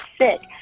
sick